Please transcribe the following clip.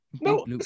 No